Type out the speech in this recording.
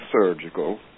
surgical